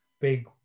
big